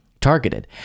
Targeted